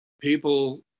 people